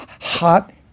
Hot